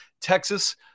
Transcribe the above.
Texas